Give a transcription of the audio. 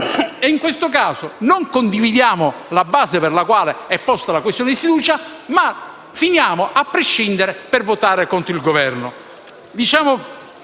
In questo caso, invece, non condividiamo la base sulla quale è posta la mozione di sfiducia, ma finiamo a prescindere per votare contro il Governo.